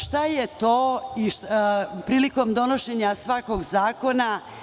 Šta je to prilikom donošenja svakog zakona?